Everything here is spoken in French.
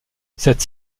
cette